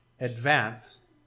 advance